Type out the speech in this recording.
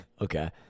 Okay